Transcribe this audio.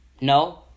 No